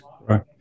Right